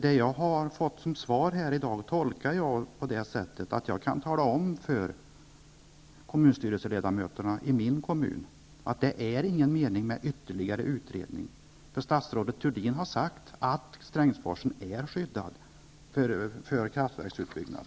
Det svar jag fått i dag tolkar jag alltså på det sättet att jag kan tala om för kommunstyrelseledamöterna i min hemkommun, att det är ingen mening med ytterligare utredning, för statsrådet Thurdin har sagt att Strängforsen är skyddad för kraftverksutbyggnad.